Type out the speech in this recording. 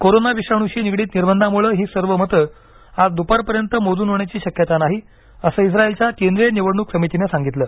corona विषाणूशी निगडीत निर्बंधांमुळे ही सर्व मतं आज दुपारपर्यंत मोजून होण्याची शक्यता नाही असं इस्रायलच्या केंद्रीय निवडणूक समितीनं सांगितलं